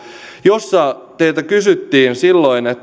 jossa teiltä kysyttiin silloin